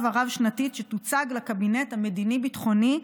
הרב-שנתית שתוצג לקבינט המדיני ביטחוני,